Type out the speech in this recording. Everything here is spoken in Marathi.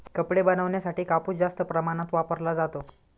कपडे बनवण्यासाठी कापूस जास्त प्रमाणात वापरला जातो